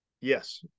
Yes